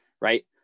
right